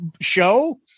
show